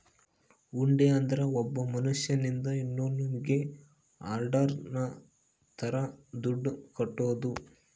ಹುಂಡಿ ಅಂದ್ರ ಒಬ್ಬ ಮನ್ಶ್ಯನಿಂದ ಇನ್ನೋನ್ನಿಗೆ ಆರ್ಡರ್ ತರ ದುಡ್ಡು ಕಟ್ಟೋದು